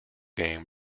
game